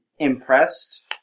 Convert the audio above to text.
Impressed